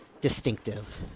distinctive